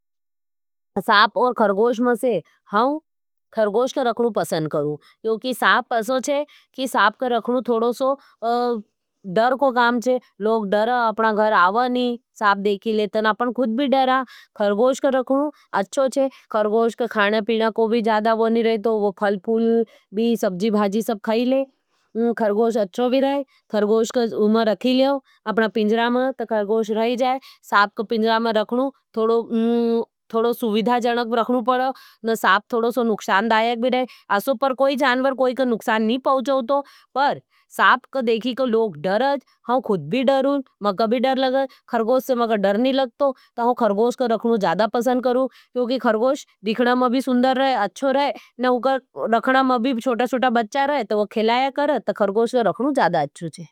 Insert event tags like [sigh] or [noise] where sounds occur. साप और खरगोष में, हम खरगोष का रखणू पसंद करूं। क्योंकि साप का रखणू थोड़ो सो दर को काम छे। लोग डरें, अपना घर आवनी साप देखी ले, तन अपन खुद भी डरा। खरगोष का रखणू, अपना पिंजरा में खरगोष रही जाए, साप का पिंजरा में रखनू, थोड़ो [hesitation] सुविधा जनक रखनू पड़ा। साप थोड़ो सो नुक्षान दाये भी रहे, असो पर कोई जानवर, कोई का नुक्षान नहीं पहुचो थो, पर साप का देखी का लोग डर हैं, हम खुद भी डरूं। मैं कभी डर लगे, खरगोष से मैं का डर नहीं लगतो, ता हम खरगोष का रखणू जादा पसंद करू। क्योंकि खरगोष दिखना में भी सुन्दर रहे, अच्छो रहे, ने उकर रखना में भी चोटा-चोटा बच्चा रहे, तो वो खेलाया कर, ता खरगोष का रखणू जादा अच्छो।